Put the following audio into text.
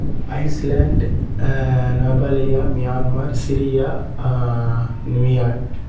Iceland Nepal Myanmar Syria New York